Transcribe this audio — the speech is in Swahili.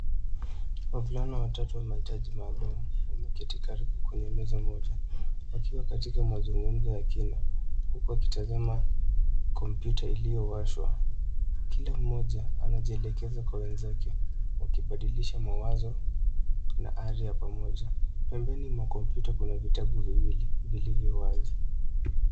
Wavulana watatu wenye mahitaji maaluma wameketi karibu kwenye meza mmoja wakiwa katika mazungumzo ya kina huku wakitazama kompyuta iliyowashwa. Kila mmoja anajielekeza kwa wenzake wakibadilisha mawazo na ari. Pembeni mwa kompyuta kuna vitabu viwili vilivyo wazi.